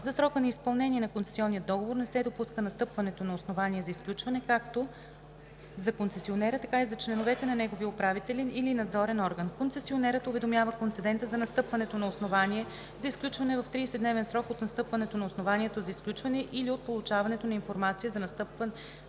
За срока на изпълнение на концесионния договор не се допуска настъпването на основание за изключване както за концесионера, така и за членовете на неговия управителен или надзорен орган. Концесионерът уведомява концедента за настъпването на основание за изключване в 30-дневен срок от настъпването на основанието за изключване или от получаването на информация за настъпването